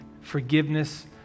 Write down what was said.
forgiveness